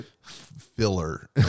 filler